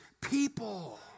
people